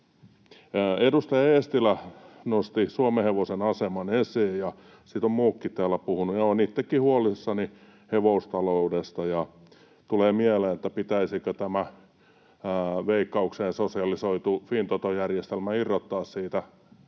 Edustaja Eestilä nosti suomenhevosen aseman esiin, ja siitä ovat muukin täällä puhuneet. Olen itsekin huolissani hevostaloudesta, ja tulee mieleen, että pitäisikö tämä Veikkaukseen sosialisoitu Fintoto-järjestelmä irrottaa siitä